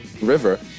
river